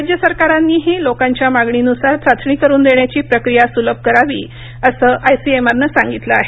राज्य सरकारांनीही लोकांच्या मागणीनुसार चाचणी करून देण्याची प्रक्रिया सुलभ करावी असं आयसीएमआरनं सांगितलं आहे